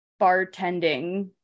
bartending